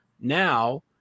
now